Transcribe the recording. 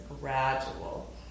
gradual